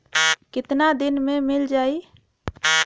कितना दिन में मील जाई?